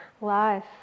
Life